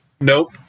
Nope